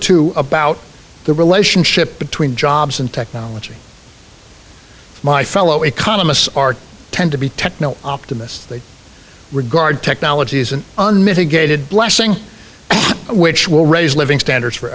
two about the relationship between jobs and technology my fellow economists are tend to be techno optimists they regard technology is an unmitigated blessing which will raise living standards for